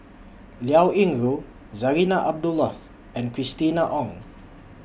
Liao Yingru Zarinah Abdullah and Christina Ong